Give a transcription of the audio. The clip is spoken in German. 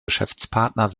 geschäftspartner